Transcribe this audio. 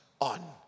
on